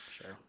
Sure